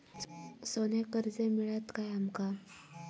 सोन्याक कर्ज मिळात काय आमका?